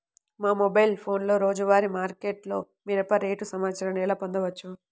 మా మొబైల్ ఫోన్లలో రోజువారీ మార్కెట్లో మిరప రేటు సమాచారాన్ని ఎలా పొందవచ్చు?